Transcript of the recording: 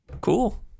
cool